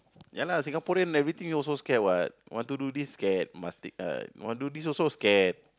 ya lah Singaporean everything also scared what want to do this scared must t~ uh want do this also scared